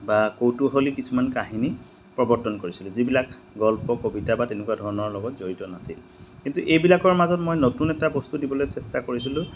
বা কৌতুহলী কিছুমান কাহিনী প্ৰৱৰ্তন কৰিছিলোঁ যিবিলাক গল্প কবিতা বা তেনেকুৱা ধৰণৰ লগত জড়িত নাছিল কিন্তু এইবিলাকৰ মাজত মই নতুন এটা বস্তু দিবলৈ চেষ্টা কৰিছিলোঁ